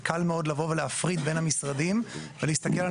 וקל מאוד לבוא ולהפריד בין המשרדים ולהסתכל על